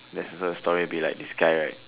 there's also story a bit like this guy right